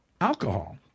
alcohol